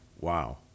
Wow